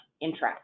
interest